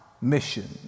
mission